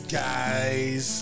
guys